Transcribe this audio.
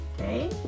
Okay